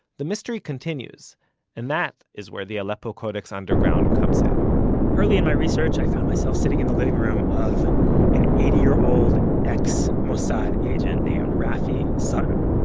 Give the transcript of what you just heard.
the mystery continues and that is where the aleppo codex underground comes in early in my research i found myself sitting in the living room of an eighty year old ex-mossad agent named rafi sutton.